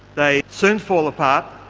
they soon fall apart,